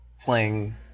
playing